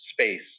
space